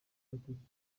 abatutsi